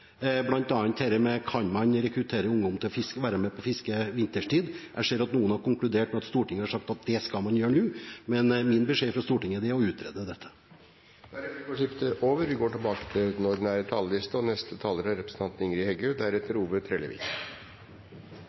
om man kan rekruttere ungdom til å være med på fiske på vinterstid. Jeg ser at noen har konkludert med at Stortinget har sagt at det skal man gjøre nå, men min beskjed fra Stortinget er å utrede dette. Replikkordskiftet er omme. Først ei melding til regjeringspartia: Den politikken dei fører, skapar nesten ikkje nye arbeidsplassar. Talas tale er